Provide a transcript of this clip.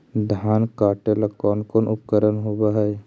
धान काटेला कौन कौन उपकरण होव हइ?